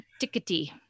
tickety